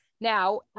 now